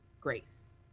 grace